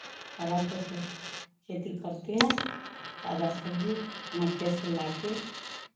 हरा को से खेती करते हैं ताज़ा सब्ज़ी अपना खेत से लाकर